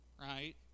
right